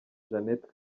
jeannette